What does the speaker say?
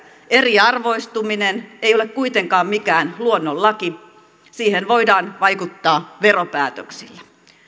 eriarvoistuminen ei ole kuitenkaan mikään luonnonlaki siihen voidaan vaikuttaa veropäätöksillä